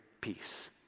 peace